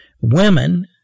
women